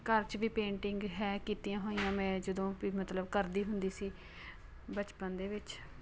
ਘਰ 'ਚ ਵੀ ਪੇਂਟਿੰਗ ਹੈ ਕੀਤੀਆਂ ਹੋਈਆਂ ਮੈਂ ਜਦੋਂ ਵੀ ਮਤਲਬ ਕਰਦੀ ਹੁੰਦੀ ਸੀ ਬਚਪਨ ਦੇ ਵਿੱਚ